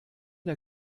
der